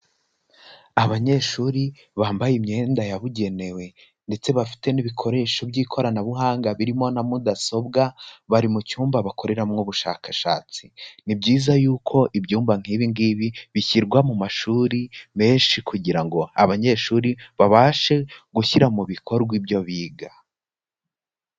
Abanyeshuri bambaye imyenda yabugenewe ndetse bafite n'ibikoresho by'ikoranabuhanga birimo na mudasobwa, bari mu cyumba bakoreramo ubushakashatsi, ni byiza yuko ibyumba nk'ibi ngibi bishyirwa mu mashuri menshi kugira ngo abanyeshuri babashe gushyira mu bikorwa ibyo biga.